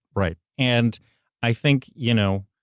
right. and i think. you know